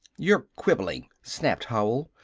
you're quibbling, snapped howell.